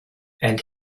and